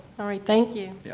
thank you. yeah